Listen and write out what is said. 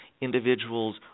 individuals